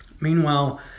Meanwhile